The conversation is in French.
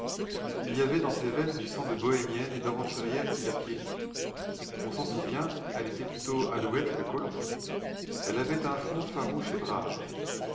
il y avait dans ses veines du sang de bohémienne et d'aventurière qui va pieds nus on s'en souvient elle était plutôt alouette que colombe elle avait un fond farouche et brave